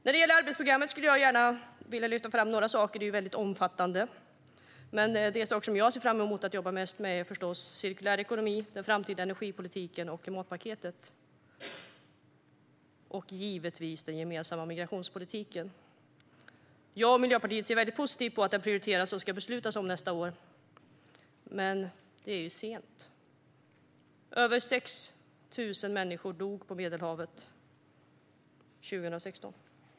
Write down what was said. När det gäller arbetsprogrammet skulle jag gärna vilja lyfta fram några saker. Det är väldigt omfattande. Men de saker som jag mest ser fram emot att jobba med är förstås cirkulär ekonomi, den framtida energipolitiken och klimatpaketet. Det är givetvis också den gemensamma migrationspolitiken. Jag och Miljöpartiet ser väldigt positivt på att den prioriteras och ska beslutas om nästa år. Men det är sent. Över 6 000 människor dog på Medelhavet 2016.